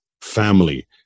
family